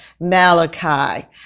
Malachi